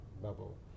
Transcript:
bubble